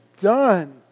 done